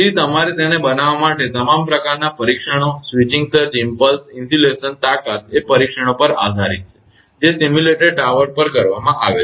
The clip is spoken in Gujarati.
તેથી તમારે તેને બનાવવા માટેના તમામ પ્રકારના પરીક્ષણો સ્વીચિંગ સર્જ ઇમ્પલ્સ ઇન્સ્યુલેશન તાકાત એ પરીક્ષણો પર આધારિત છે જે સિમ્યુલેટેડ ટાવર પર કરવામાં આવ્યા છે